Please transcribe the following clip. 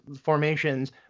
formations